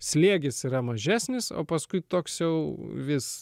slėgis yra mažesnis o paskui toks jau vis